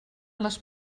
les